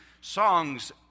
songs